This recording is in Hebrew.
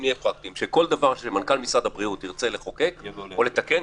נהיה פרקטיים שכל דבר שמנכ"ל משרד הבריאות ירצה לחוקק או לתקן,